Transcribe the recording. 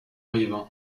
rive